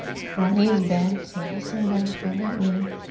front knee's bent, nice and bent, bend that knee.